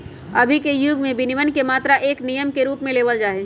अभी के युग में विनियमन के मात्र एक नियम के रूप में लेवल जाहई